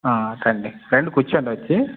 ఆ రండి రండి కూర్చోండి వచ్చి